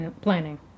planning